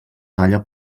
talla